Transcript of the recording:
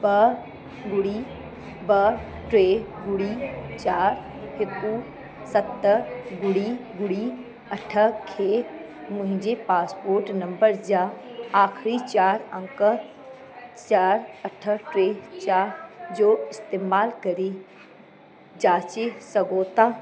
ब बुड़ी ब टे बुड़ी चारि हिकु सत बुड़ी बुड़ी अठ खे मुंहिंजे पासपोर्ट नम्बर जा आखिरीं चारि अङ चारि अठ टे चारि जो इस्तेमालु करे जाचे सघो था